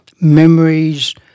memories